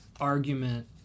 argument